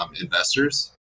investors